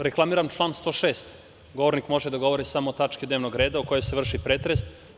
Reklamiram član 106. govornik može da govori samo o tački dnevnog reda o kojoj se vrši pretres.